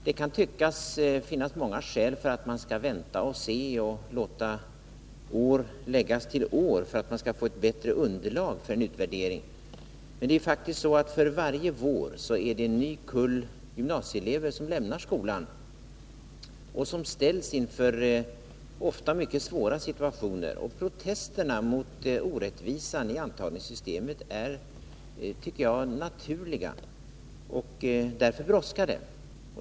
Det kan tyckas finnas många skäl för att vänta och se och låta år läggas till år för att man skall få ett bättre underlag för en utvärdering, men för varje vår är det faktiskt en ny kull gymnasieelever som lämnar skolan och ställs inför ofta mycket svåra situationer. Protesterna mot orättvisan i antagningssystemet är, tycker jag, naturliga, och därför brådskar det.